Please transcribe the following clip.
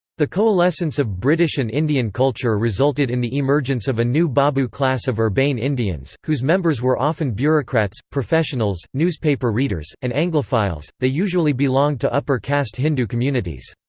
the coalescence of british and indian culture resulted in the emergence of a new babu class of urbane indians, whose members were often bureaucrats, professionals, newspaper readers, and anglophiles they usually belonged to upper-caste hindu communities.